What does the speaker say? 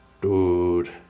dude